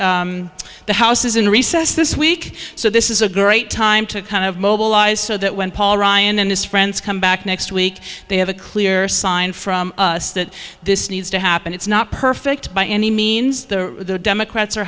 that the house is in recess this week so this is a great time to kind of mobilize so that when paul ryan and his friends come back next week they have a clear sign from us that this needs to happen it's not perfect by any means the democrats are